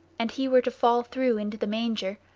and he were to fall through into the manger,